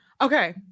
Okay